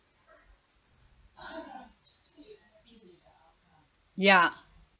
ya